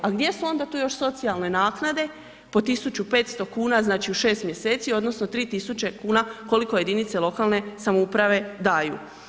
A gdje su onda tu još socijalne naknade po 1500 kn znači u 6 mj., odnosno 3 tisuće kuna koliko jedinice lokalne samouprave daju.